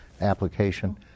application